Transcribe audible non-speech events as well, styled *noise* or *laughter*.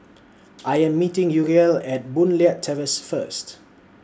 I *noise* Am meeting Uriel At Boon Leat Terrace First